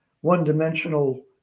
one-dimensional